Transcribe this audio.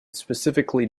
specifically